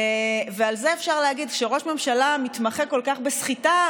על זה אפשר להגיד שכשראש ממשלה מתמחה כל כך בסחיטה,